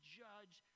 judge